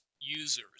users